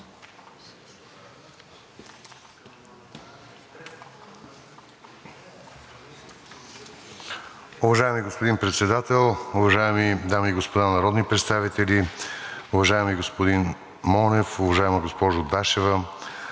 Уважаеми господин Председател, уважаеми дами и господа народни представители! Уважаеми господин Георгиев, уважаеми господин Пашев,